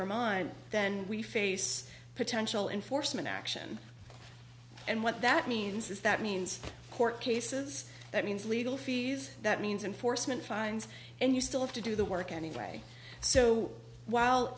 her mind then we face potential enforcement action and what that means is that means court cases that means legal fees that means in foresman fines and you still have to do the work anyway so while